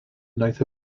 wnaeth